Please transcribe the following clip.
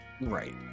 Right